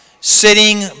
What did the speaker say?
sitting